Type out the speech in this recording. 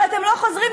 אבל אתם לא חוזרים,